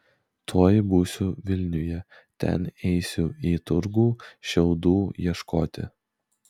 tuoj būsiu vilniuje ten eisiu į turgų šiaudų ieškoti